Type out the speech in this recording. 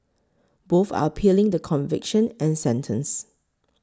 both are appealing the conviction and sentence